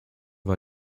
war